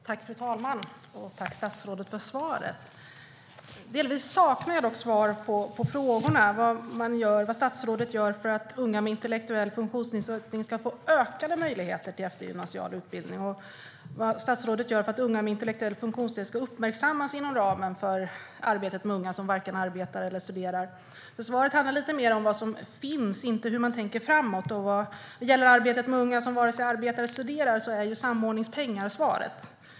Fru talman! Jag tackar statsrådet för svaret. Jag saknar delvis svar på frågorna vad statsrådet gör för att unga med intellektuell funktionsnedsättning ska få ökade möjligheter till eftergymnasial utbildning och vad statsrådet gör för att unga med intellektuell funktionsnedsättning ska uppmärksammas inom ramen för arbetet med unga som varken arbetar eller studerar. Svaret handlar lite mer om vad som finns, inte hur man tänker framåt. När det gäller arbetet med unga som varken arbetar eller studerar är samordningspengar svaret.